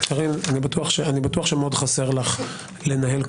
קארין, אני בטוח שמאוד חסר לך לנהל קואליציה.